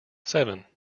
seven